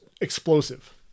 explosive